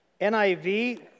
NIV